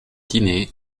dîné